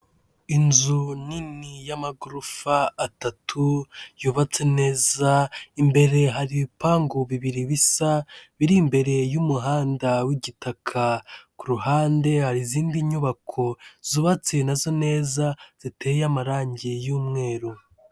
Inzu nini y'amagorofa atatu yubatse neza, imbere hari ibipangu bibiri bisa biri mbere y'umuhanda w'igitaka, ku ruhande hari izindi nyubako zubatse nazo neza ziteye amarange y'umweru.